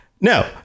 No